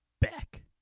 back